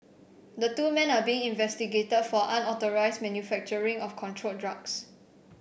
the two men are being investigated for unauthorised manufacturing of controlled drugs